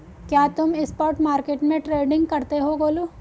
क्या तुम spot market में ट्रेडिंग करते हो गोलू?